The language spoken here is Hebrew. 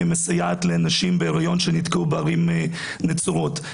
מסייעת לנשים בהריון שנתקעו בערים נצורות.